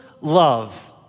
love